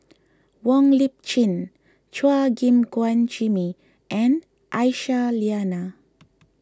Wong Lip Chin Chua Gim Guan Jimmy and Aisyah Lyana